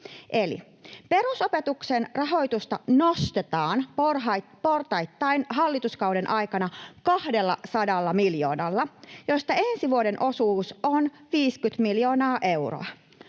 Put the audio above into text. perusopetuksen rahoitusta nostetaan portaittain hallituskauden aikana 200 miljoonalla, josta ensi vuoden osuus on 50 miljoonaa euroa.